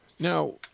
Now